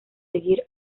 seguir